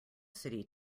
city